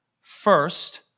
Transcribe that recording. First